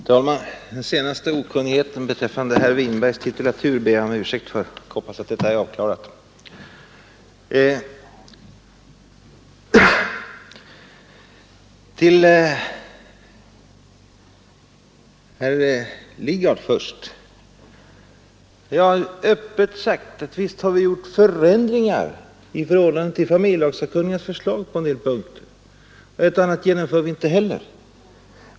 Herr talman! Okunnigheten beträffande herr Winbergs titulatur ber jag om ursäkt för. Jag hoppas att det nu är avklarat. Först till herr Lidgard. Vi har öppet deklarerat att vi förändrat familjelagssakkunnigas förslag på en del punkter. Ett och annat i betänkandet genomför vi över huvud taget inte.